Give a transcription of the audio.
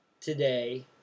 today